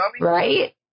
right